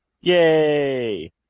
Yay